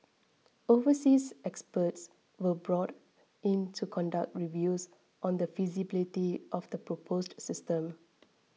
overseas experts were brought in to conduct reviews on the feasibility of the proposed system